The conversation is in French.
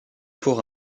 pour